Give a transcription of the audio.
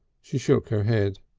she shook her head.